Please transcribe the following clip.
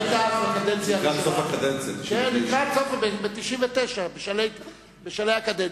כן, ב-1999, בשלהי הקדנציה.